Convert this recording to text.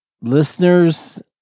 listeners